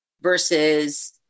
versus